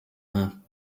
her